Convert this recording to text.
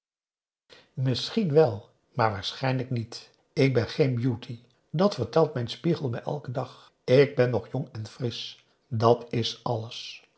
misschien wèl maar waarschijnlijk niet ik ben geen beauté dat vertelt mijn spiegel me elken dag ik ben nog jong en frisch dat is alles